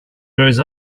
grows